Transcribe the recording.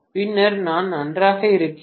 பின்னர் நான் நன்றாக இருக்கிறேன்